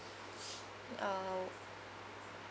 uh